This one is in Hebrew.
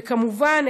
וכמובן,